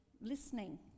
listening